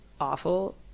awful